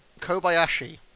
Kobayashi